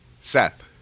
Seth